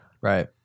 right